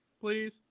please